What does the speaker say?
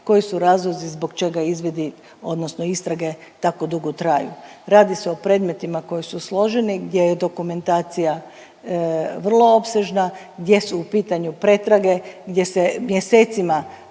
koji su razlozi zbog čega izvidi, odnosno istrage tako dugo traju. Radi se o predmetima koji su složeni, gdje je dokumentacija vrlo opsežna, gdje su u pitanju pretrage, gdje se mjesecima